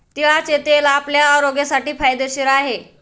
तिळाचे तेल आपल्या आरोग्यासाठी फायदेशीर आहे